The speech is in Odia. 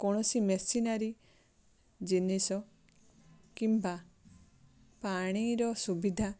କୌଣସି ମେସିନାରି ଜିନିଷ କିମ୍ବା ପାଣିର ସୁବିଧା